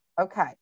okay